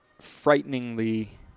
frighteningly